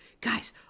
Guys